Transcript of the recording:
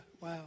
wow